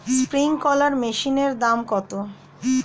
Sprinkler মেশিনের দাম কত?